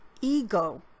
ego